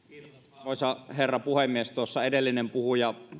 arvoisa herra puhemies edellinen puhuja